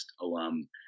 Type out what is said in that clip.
alum